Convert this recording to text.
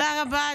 תודה רבה.